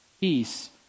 peace